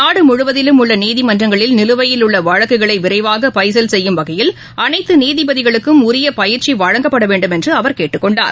நாடுமுழுவதிலும் உள்ளநீதிமன்றங்களில் நிலுவையில் உள்ளவழக்குகளைவிரைவாகபைசல் செய்யும் வகையில் அனைத்தநீதிபதிகளுக்கும் உரியபயிற்சிவழங்கப்படவேண்டும் என்றுஅவர் கேட்டுக் கொண்டார்